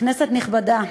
כנסת נכבדה,